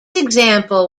example